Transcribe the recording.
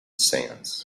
sands